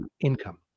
income